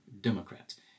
Democrats